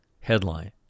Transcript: Headline